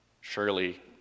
Surely